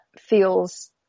feels